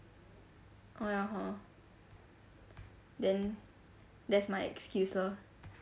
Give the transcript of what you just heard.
oh ya hor then that's my excuse lor